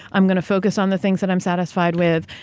i'm going to focus on the things that i'm satisfied with.